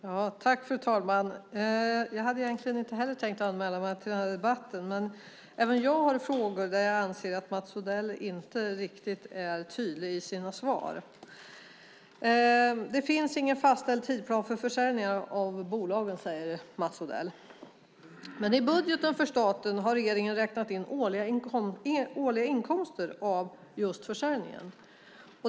Fru talman! Inte heller jag hade egentligen tänkt anmäla mig till debatten. Men även jag har frågor där jag anser att Mats Odell inte är riktigt tydlig i sina svar. Det finns ingen fastställd tidsplan för försäljningen av bolagen, säger Mats Odell. I budgeten för staten har regeringen räknat in årliga inkomster av just försäljningen.